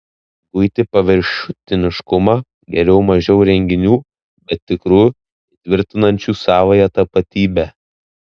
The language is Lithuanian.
guiti paviršutiniškumą geriau mažiau renginių bet tikrų įtvirtinančių savąją tapatybę